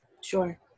Sure